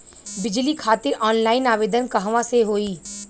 बिजली खातिर ऑनलाइन आवेदन कहवा से होयी?